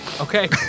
Okay